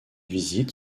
visites